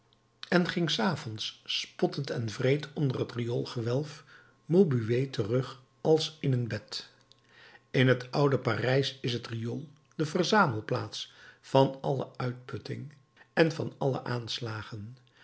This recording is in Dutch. en ging s avonds spottend en wreed onder het rioolgewelf maubuée terug als in een bed in het oude parijs is het riool de verzamelplaats van alle uitputting en van alle aanslagen